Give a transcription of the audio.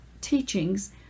teachings